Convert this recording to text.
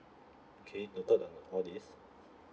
K noted on all these